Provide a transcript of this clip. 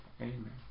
Amen